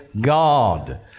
God